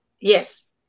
Yes